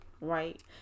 Right